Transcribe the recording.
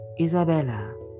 Isabella